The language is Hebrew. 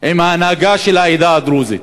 עם ההנהגה של העדה הדרוזית.